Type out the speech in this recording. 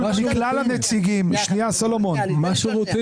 מישהו שאל